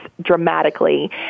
dramatically